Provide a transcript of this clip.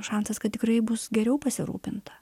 šansas kad tikrai bus geriau pasirūpinta